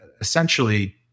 essentially